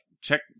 check